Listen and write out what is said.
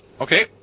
okay